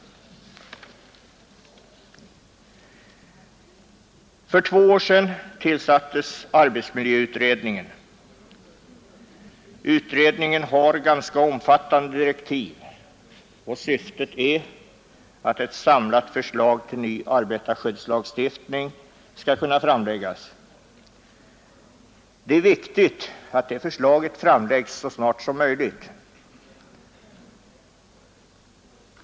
För två år sedan tillsattes arbetsmiljöutredningen. Utredningen har ganska omfattande direktiv, och syftet är att ett samlat förslag till ny arbetarskyddslagstiftning skall kunna framläggas. Det är viktigt att det förslaget framläggs så snart som möjligt.